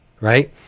right